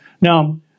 Now